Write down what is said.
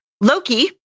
Loki